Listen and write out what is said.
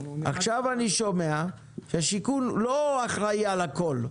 עכשיו אני שומע שהשיכון לא אחראי על הכול.